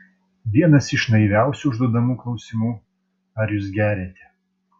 vienas iš naiviausių užduodamų klausimų ar jūs geriate